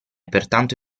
pertanto